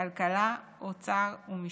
כלכלה, אוצר ומשפטים.